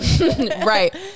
right